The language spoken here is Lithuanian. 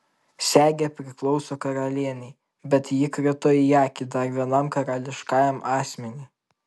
segė priklauso karalienei bet ji krito į akį dar vienam karališkajam asmeniui